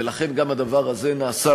ולכן גם הדבר הזה נעשה,